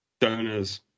donors